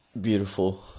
beautiful